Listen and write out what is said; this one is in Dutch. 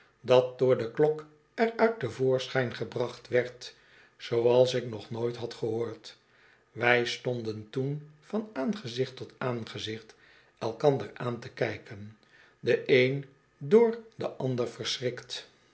dat door de klok er uit te voorschijn gebracht werd zooals ik nog nooit had gehoord wij stonden toen van aangezicht tot aangezicht elkander aantekyken de een door den ander